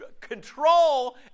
control